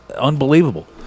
unbelievable